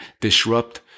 disrupt